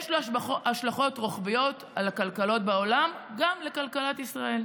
יש לו השלכות רוחביות על הכלכלות בעולם וגם על כלכלת ישראל.